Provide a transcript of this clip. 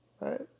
right